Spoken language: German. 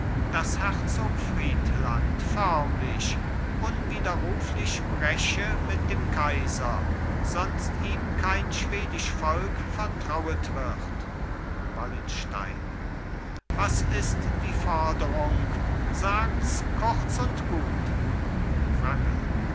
daß herzog friedland förmlich unwiderruflich breche mit dem kaiser sonst ihm kein schwedisch volk vertrauet wird wallenstein was ist die foderung sagts kurz und gut wrangel